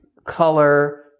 color